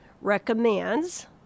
recommends